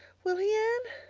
will he, anne?